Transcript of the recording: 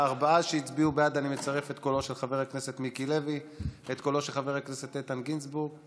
(הוראת שעה) (הגבלת פעילות והוראות נוספות) (תיקון מס' 6),